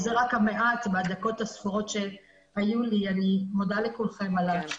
זה רק המעט בדקות הספורות שהיו לי אני מודה לכולכם על ההקשבה.